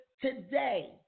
today